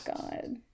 god